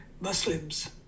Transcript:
muslims